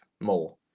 more